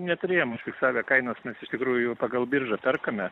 neturėjom užfiksavę kainos nes iš tikrųjų pagal biržą perkame